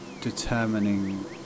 determining